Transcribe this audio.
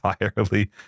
entirely